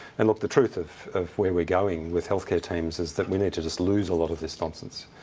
and, look, the truth of of where we're going with healthcare teams is that we need to just lose a lot of this nonsense,